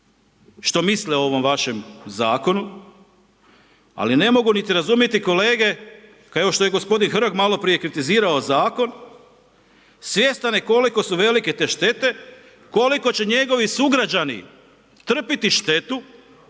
što misle o ovom vašem zakonu, ali ne mogu niti razumjeti kolege, kao što je gospodin Hrg maloprije kritizirao zakon, svjestan je koliko su velike te štete, koliko će njegovi sugrađani trpiti štetu